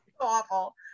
awful